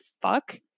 fuck